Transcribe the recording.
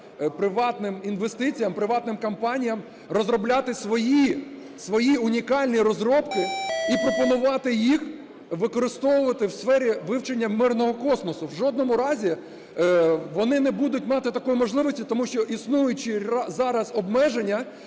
приватним інвестиціям, приватним компаніям розробляти свої унікальні розробки і пропонувати їх використовувати у сфері вивчення мирного космосу. В жодному разі вони не будуть мати такої можливості, тому що існуючі зараз обмеження